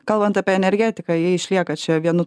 kalbant apie energetiką ji išlieka čia vienu